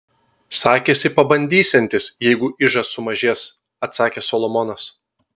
sakėsi pabandysiantis jeigu ižas sumažės atsakė solomonas